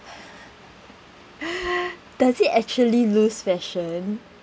does it actually lose fashion